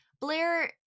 Blair